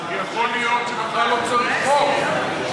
יכול להיות שבכלל לא צריך חוק.